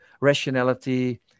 rationality